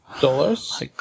dollars